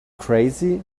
crazy